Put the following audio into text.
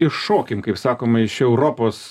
iššokim kaip sakoma iš europos